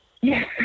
Yes